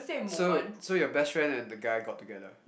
so so your best friend and the guy got together